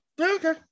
Okay